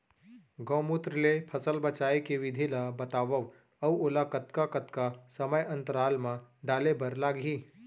गौमूत्र ले फसल बचाए के विधि ला बतावव अऊ ओला कतका कतका समय अंतराल मा डाले बर लागही?